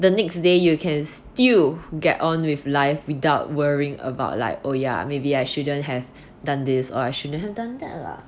the next day you can still get on with life without worrying about like oh yeah maybe I shouldn't have done this or I shouldn't have done that lah